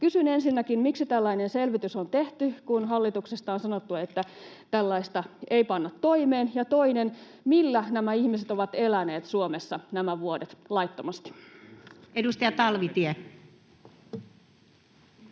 Kysyn ensinnäkin: miksi tällainen selvitys on tehty, kun hallituksesta on sanottu, että tällaista ei panna toimeen? Ja toiseksi: millä nämä ihmiset ovat eläneet Suomessa nämä vuodet laittomasti? [Speech 14]